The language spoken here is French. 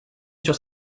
sur